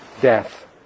death